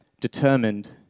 determined